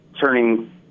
turning